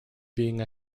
being